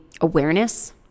awareness